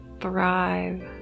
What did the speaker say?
thrive